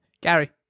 Gary